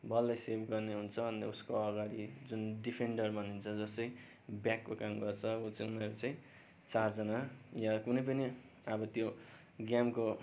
बललाई सेभ गर्ने हुन्छ अन्त उसको अगाडि जुन डिफेन्डर भनिन्छ जो चाहिँ ब्याकको काम गर्छ ऊ चाहिँ उनीहरू चाहिँ चारजना या कुनै पनि अब त्यो गेमको